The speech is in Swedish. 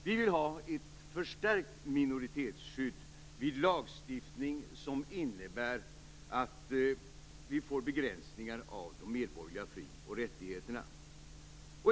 Vi vill ha ett förstärkt minoritetsskydd vid lagstiftning som innebär att vi får begränsningar av de medborgerliga fri och rättigheterna.